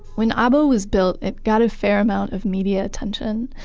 when abo was built, it got a fair amount of media attention.